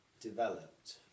developed